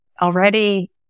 already